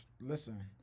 listen